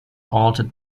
altered